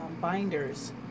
binders